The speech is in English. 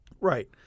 Right